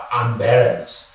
unbalanced